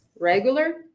regular